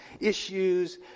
issues